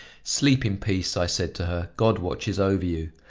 sleep in peace, i said to her, god watches over you!